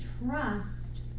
Trust